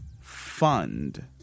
fund